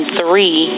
three